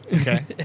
Okay